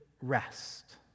rest